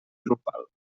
drupal